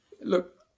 Look